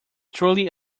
truly